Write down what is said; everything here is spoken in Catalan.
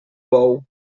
bou